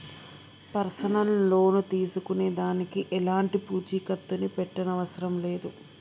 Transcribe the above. personal loan తీసుకునే దానికి ఎలాంటి పూచీకత్తుని పెట్టనవసరం లేదు